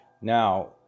Now